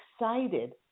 excited